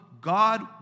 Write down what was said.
God